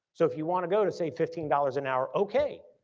so if you want to go to save fifteen dollars an hour okay,